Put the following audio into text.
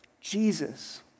Jesus